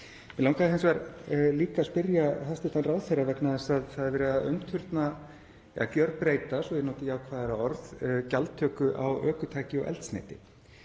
Mig langaði hins vegar líka að spyrja hæstv. ráðherra, vegna þess að það er verið að umturna eða gjörbreyta, svo að ég noti jákvæðara orð, gjaldtöku á ökutæki og eldsneyti.